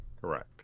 correct